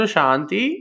Shanti